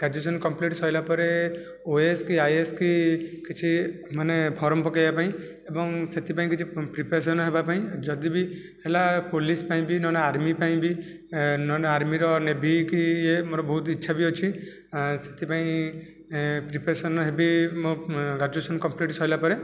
graduation complete ସରିଲା ପରେ OAS କି ଆଇଏସ୍ କି କିଛି ମାନେ ଫର୍ମ ପକେଇବା ପାଇଁ ଏବଂ ସେଥିପାଇଁ କିଛି ପ୍ରିପାରେସନ୍ ହେବାପାଇଁ ଯଦିବି ହେଲା ପୋଲିସ୍ ପାଇଁ ବି ନହଲେ ଆର୍ମି ପାଇଁ ବି ନହଲେ ଆର୍ମିର ନେଭି କି ଇଏ ମୋର ବହୁତ ଇଚ୍ଛା ବି ଅଛି ସେଥିପାଇଁ ପ୍ରିପାରସନ୍ ହେବି ମୋ ଗ୍ରାଜୁଏସନ୍ କମ୍ପ୍ଲିଟ୍ ସରିଲା ପରେ